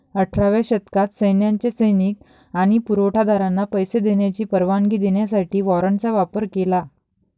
अठराव्या शतकात सैन्याने सैनिक आणि पुरवठा दारांना पैसे देण्याची परवानगी देण्यासाठी वॉरंटचा वापर केला